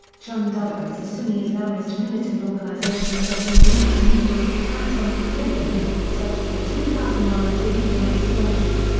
jundullah is a sunni islamist militant organization that has been linked to numerous attacks on civilians, such as the two thousand and nine zahedan explosion.